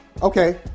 Okay